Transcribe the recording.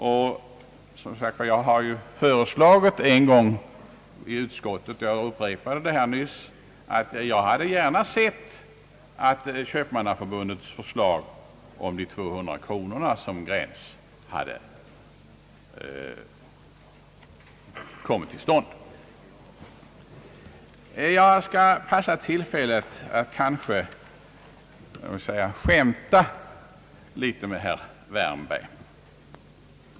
Jag har, som sagt, föreslagit en gång i utskottet, och jag upprepade det nyss, att man borde ha följt Köpmannaförbundets förslag om 200 kronor som gräns. Jag skall passa på tillfället att, om jag så får säga, skämta litet med herr Wärnberg!